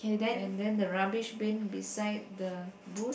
and then the rubbish bin beside the boot